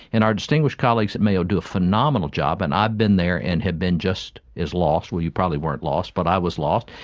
and our distinguished colleagues at mayo do a phenomenal job and i've been there and have been just as lost, well, you probably weren't lost, but i was lost,